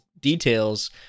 details